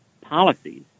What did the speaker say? policies